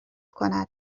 کند